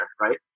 right